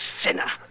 sinner